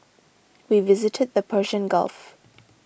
we visited the Persian Gulf